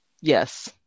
Yes